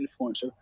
influencer